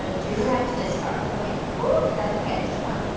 ah do have to discard. okay, hoo, that's okay, just one.